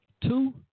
Two